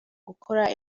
gukora